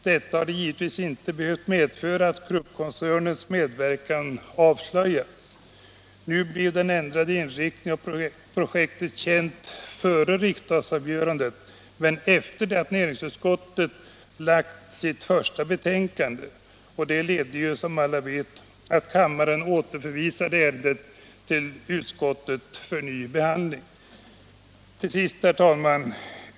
Detta hade givetvis inte behövt medföra att Kruppkoncernens medverkan avslöjades. Nu blev den ändrade inriktningen av projektet känd före riksdagsavgörandet men efter det att näringsutskottet lagt sitt första betänkande. Detta ledde till, som alla vet, att kammaren återförvisade ärendet till utskottet för ny behandling. Till sist, herr talman!